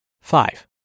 Five